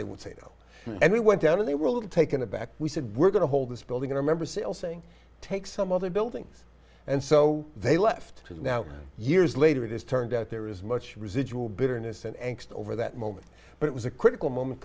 they would say no and we went down and they were a little taken aback we said we're going to hold this building remember still saying take some other buildings and so they left because now years later it is turned out there is much residual bitterness and anger over that moment but it was a critical moment